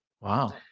Wow